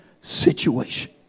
situation